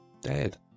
Dead